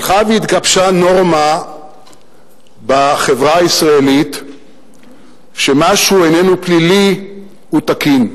הלכה והתגבשה נורמה בחברה הישראלית שמה שאיננו פלילי הוא תקין,